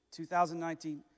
2019